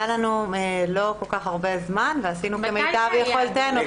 לא היה לנו כל כך הרבה זמן, ועשינו כמיטב יכולתנו.